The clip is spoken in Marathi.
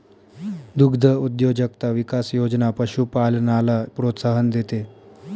दुग्धउद्योजकता विकास योजना पशुपालनाला प्रोत्साहन देते